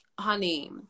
honey